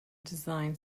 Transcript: design